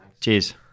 Cheers